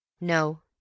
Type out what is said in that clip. No